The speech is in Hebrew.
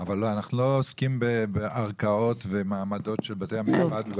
אבל אנחנו לא עוסקים בערכאות ומעמדות של בתי המשפט.